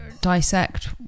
dissect